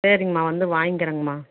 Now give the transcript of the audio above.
சரிங்கம்மா வந்து வாங்கிக்கிறேங்கம்மா